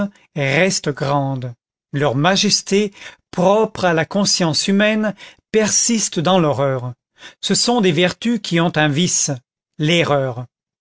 restent grandes leur majesté propre à la conscience humaine persiste dans l'horreur ce sont des vertus qui ont un vice l'erreur